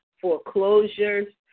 foreclosures